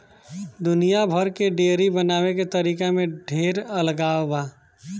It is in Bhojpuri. दुनिया भर के डेयरी बनावे के तरीका में ढेर अलगाव बा